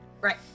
Right